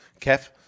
Kev